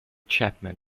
chapman